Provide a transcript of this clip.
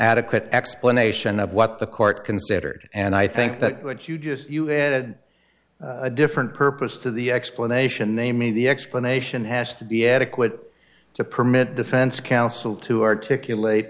adequate explanation of what the court considered and i think that what you just had a different purpose to the explanation namely the explanation has to be adequate to permit defense counsel to articulate